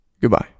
Goodbye